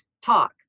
talk